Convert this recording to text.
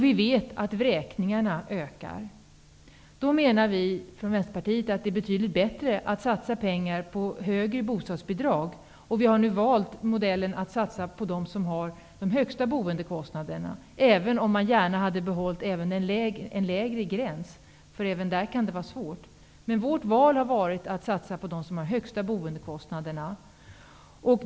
Vi vet att vräkningarna ökar. Därför menar vi i Vänsterpartiet att det är betydligt bättre att satsa pengar på högre bostadsbidrag. Vi har valt modellen att satsa på dem som har de högsta boendekostnaderna, även om man gärna hade behållt även en lägre gräns, för även där kan det vara svårt. Men vårt val har varit att satsa på dem som har de högsta boendekostnaderna.